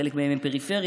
חלק מהם הם פריפריה.